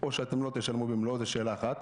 או שאתם לא תשלמו במלואו זו אחת אחת.